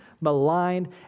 maligned